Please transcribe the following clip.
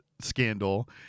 scandal